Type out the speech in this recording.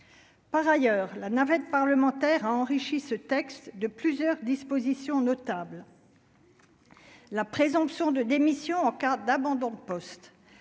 Par ailleurs, la navette parlementaire a enrichi ce texte de plusieurs dispositions notable. La présomption de démission en cas d'abandon de poste